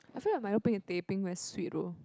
I feel like milo peng and teh peng very sweet though